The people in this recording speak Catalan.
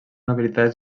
habilitades